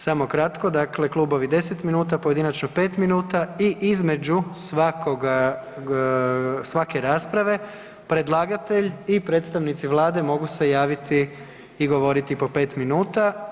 Samo kratko, dakle klubovi 10 minuta, pojedinačno 5 minuta i između svake rasprave predlagatelj i predstavnici Vlade mogu se javiti i govoriti po 5 minuta.